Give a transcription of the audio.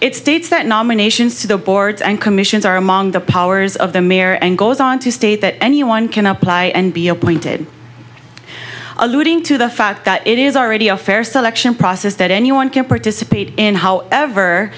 it states that nominations to the boards and commissions are among the powers of the mayor and goes on to state that anyone can apply and be appointed alluding to the fact that it is already a fair selection process that anyone can participate in however